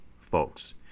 folks